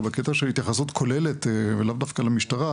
אלא בקטע של התייחסות כוללת ולאו דווקא למשטרה,